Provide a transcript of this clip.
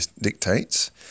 dictates